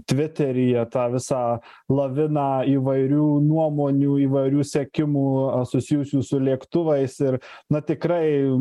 tviteryje tą visą laviną įvairių nuomonių įvairių sekimų susijusių su lėktuvais ir na tikrai